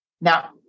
Now